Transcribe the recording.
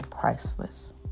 priceless